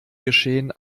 geschehen